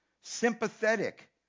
sympathetic